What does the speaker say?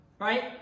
right